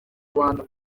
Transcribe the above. rwanda